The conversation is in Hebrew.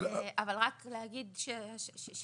אתם